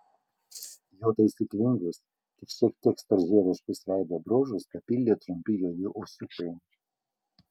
jo taisyklingus tik šiek tiek storžieviškus veido bruožus papildė trumpi juodi ūsiukai